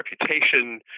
reputation